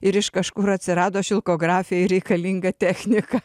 ir iš kažkur atsirado šilkografijai reikalinga technika